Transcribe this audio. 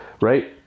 right